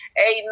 amen